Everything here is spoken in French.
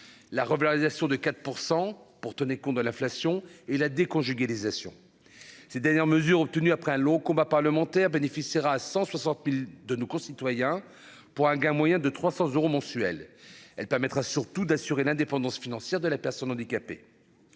la revalorisation de 4 % pour, tenez compte de l'inflation et la déconjugalisation ces dernières mesures obtenues après un long combat parlementaire bénéficiera à 160000 de nos concitoyens, pour un gain moyen de 300 euros mensuels, elle permettra surtout d'assurer l'indépendance financière de la personne handicapée,